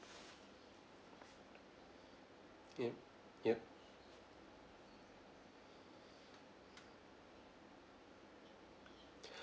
yup yup